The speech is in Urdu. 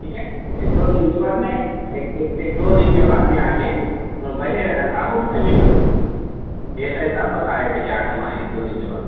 ٹھیک ہے ایک دو دن کے بعد میں ایک ایک ایک دو دن کے بعد میں آ کے انہوں بیٹھے ہوئے ہے نا صاحب ان سے مل لو اے ایس آئی صاحب بتا دیتے کیا کرنا ہے ایک دو دن کے بعد